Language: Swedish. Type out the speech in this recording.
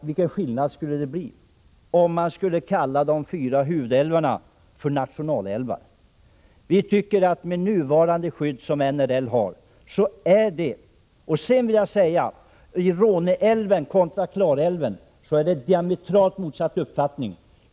Vilken skillnad skulle det bli, Siw Persson, om man kallade de fyra huvudälvarna för nationalälvar? De är skyddade genom NRL. I fråga om Råneälven kontra Klarälven är det diametralt motsatta uppfattningar.